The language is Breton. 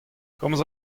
komz